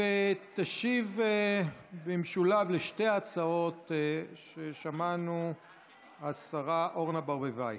תשיב במשולב על שתי ההצעות ששמענו השרה אורנה ברביבאי.